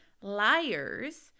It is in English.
Liars